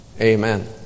amen